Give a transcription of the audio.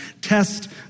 test